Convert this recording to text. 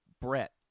Brett